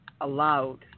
allowed